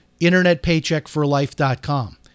internetpaycheckforlife.com